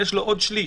יש לו עוד שליש?